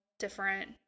different